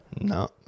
No